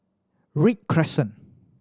Read Crescent